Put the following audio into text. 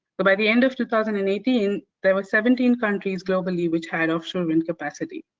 but by the end of two thousand and eighteen there were seventeen countries globally which had offshore wind capacity.